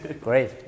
Great